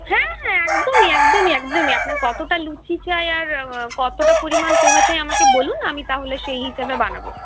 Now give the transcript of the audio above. হ্যাঁ হ্যাঁ একদমই একদমই একদমই আপনার কতটা লুচি চাই আর কতটা পরিমাণ পোহা চাই আমাকে বলুন আমি তাহলে সেই হিসাবে বানাবো